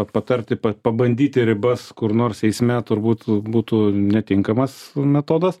patarti pa pabandyti ribas kur nors eisme turbūt būtų netinkamas metodas